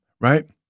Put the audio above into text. right